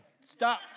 Stop